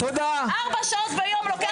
ארבע שעות ביום.